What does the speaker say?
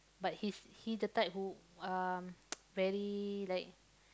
but he's he the type who um very like